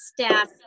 staff